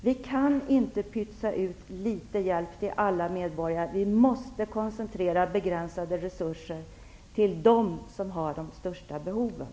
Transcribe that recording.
Vi kan inte pytsa ut litet hjälp till alla medborgare. Vi måste koncentrera begränsade resurser till dem som har de största behoven.